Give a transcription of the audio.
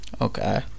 okay